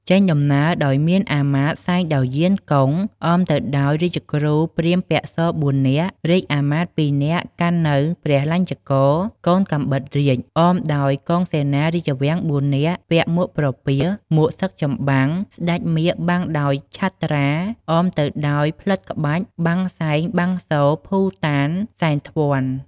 ចេញដំណើរដោយមានអាមាត្យ សែងដោយ យានកុង អមទៅដោយ រាជគ្រូព្រាហ្មណ៍ពាក់ស ៤នាក់ រាជអាមាត្យ ២នាក់ កាន់នូវ ព្រះលញ្ឆករនិង កូនកាំបិតរាជ អមដោយកងសេនារាជវាំង ៤នាក់ ពាក់មួកប្រពាស មួកសឹកចម្បាំង ស្ដេចមាឃបាំងដោយឆត្រា អមទៅដោយផ្លិតក្បាច់ បាំងសែង បាំងសូរ ភូតាន សែនត្វ័ន...។